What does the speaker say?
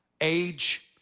age